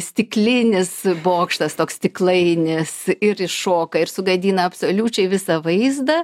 stiklinis bokštas toks stiklainis ir iššoka ir sugadina absoliučiai visą vaizdą